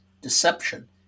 deception